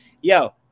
Yo